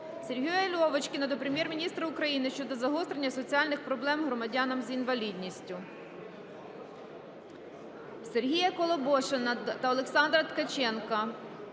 Сергія Льовочкіна до Прем'єр-міністра України щодо загострення соціальних проблем громадян з інвалідністю. Сергія Колебошина та Олександра Ткаченка